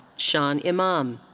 sean imam.